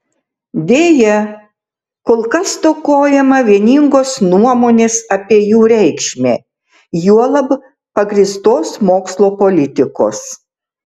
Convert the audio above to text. deja kol kas stokojama vieningos nuomonės apie jų reikšmę juolab pagrįstos mokslo politikos